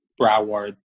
Broward